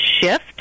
shift